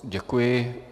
Děkuji.